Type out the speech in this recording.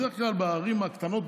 בדרך ככל בערים הקטנות,